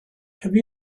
have